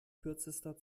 kürzester